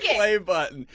yeah a button.